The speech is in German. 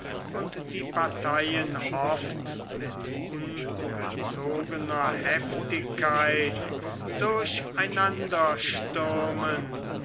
und die parteien oft mit ungezogener heftigkeit durch einander stürmen